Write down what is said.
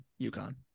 UConn